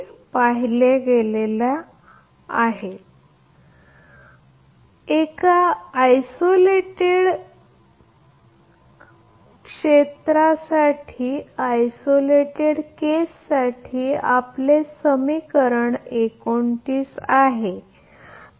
आता ते क्षेत्र 1 साठीच आहे म्हणूनच ते त्यात आहे बरोबर याचा अर्थ असा की जेथे आपल्याला माहित आहे की आयसोलेटेड केस आम्ही क्षेत्रासाठी पाहिले आहे त्याचप्रमाणे आपण वेगळे क्षेत्र देखील पाहिले आहे ते क्षेत्र 1 म्हणूनच आहे